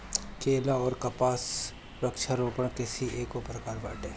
केला अउर कपास वृक्षारोपण कृषि एगो प्रकार बाटे